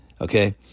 Okay